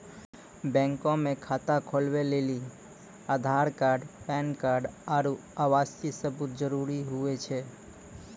bank मे खाता खोलबै लेली आधार कार्ड पैन कार्ड आरू आवासीय सबूत जरुरी हुवै छै